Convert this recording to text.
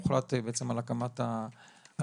הוחלט בעצם על הקמת הוועדה.